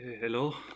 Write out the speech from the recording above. Hello